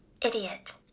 idiot